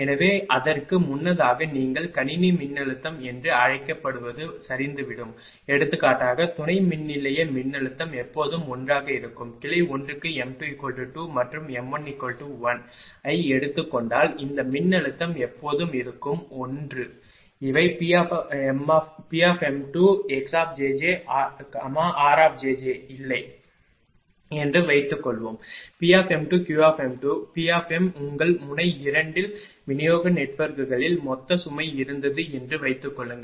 எனவே அதற்கு முன்னதாக நீங்கள் கணினி மின்னழுத்தம் என்று அழைக்கப்படுவது சரிந்துவிடும் எடுத்துக்காட்டாக துணை மின்நிலைய மின்னழுத்தம் எப்போதும் 1 ஆக இருக்கும் கிளை 1 க்கு m22 மற்றும் m11 ஐ எடுத்துக் கொண்டால் இந்த மின்னழுத்தம் எப்போதும் இருக்கும் 1 இவை Pm2xjj r இல்லை என்று வைத்துக்கொள்வோம் Pm2 Q P உங்கள் முனை 2 இல் விநியோக நெட்வொர்க்குகளில் மொத்த சுமை இருந்தது என்று வைத்துக்கொள்ளுங்கள்